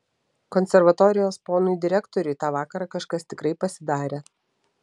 konservatorijos ponui direktoriui tą vakarą kažkas tikrai pasidarė